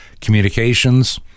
communications